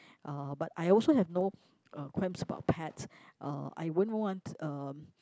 uh but I also have no uh qualms about pets uh I won't want um